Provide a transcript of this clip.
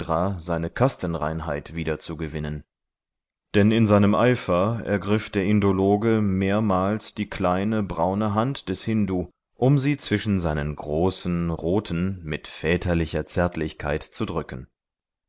seine kastenreinheit wiederzugewinnen denn in seinem eifer ergriff der indologe mehrmals die kleine braune hand des hindu um sie zwischen seinen großen roten mit väterlicher zärtlichkeit zu drücken